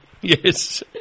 Yes